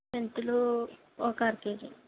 మెంతులు ఒక అర కేజీ